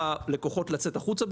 מבקשים מהלקוחות לצאת החוצה,